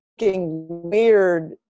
weird